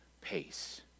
pace